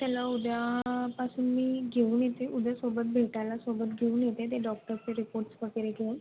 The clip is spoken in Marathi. मॅम त्याला उद्यापासून मी घेऊन येते उद्या सोबत भेटायला सोबत घेऊन येते ते डॉक्टरचे रिपोर्ट्स वगैरे घेऊन